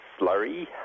slurry